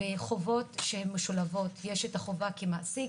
בחובות שהן משולבות יש את החובה כמעסיק